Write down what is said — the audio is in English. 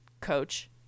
Coach